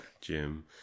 Gym